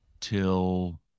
till